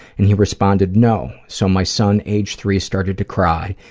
and he responded, no. so my son, age three, started to cry,